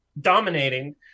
dominating